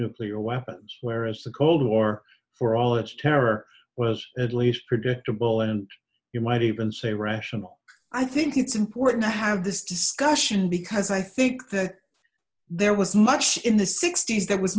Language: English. nuclear weapons whereas the cold war for all its terror was at least predictable and you might even say rational i think it's important to have this discussion because i think that there was much in the sixty's there was